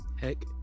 heck